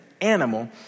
animal